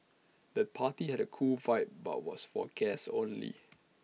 the party had A cool vibe but was for guests only